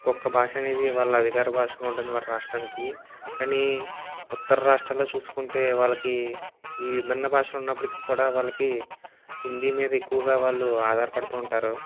ఒకొక్క భాష అనేది వాళ్ల అధికార భాషగా ఉంటుంది వారి రాష్ట్రానికి కానీ ఉత్తర రాష్ట్రాల్లో చూసుకుంటే వాళ్ళకి ఈ విభిన్న భాషలు ఉన్నప్పటికీ కూడా వాళ్ళకి హిందీ మీద ఎక్కువగా వాళ్ళు ఆధారపడుతూ ఉంటారు